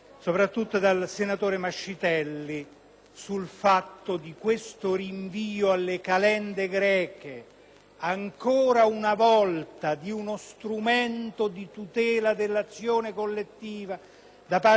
Mascitelli, sul rinvio alle calende greche, ancora per una volta, di uno strumento di tutela dell'azione collettiva da parte dei cittadini, che doveva entrare in vigore